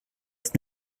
ist